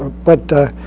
ah but